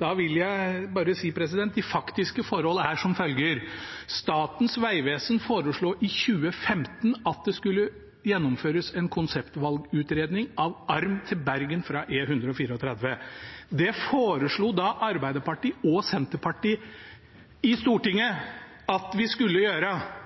Da vil jeg bare si at de faktiske forhold er som følger: Statens vegvesen foreslo i 2015 at det skulle gjennomføres en konseptvalgutredning av arm til Bergen fra E134. Det foreslo Arbeiderpartiet og Senterpartiet i Stortinget at vi skulle gjøre.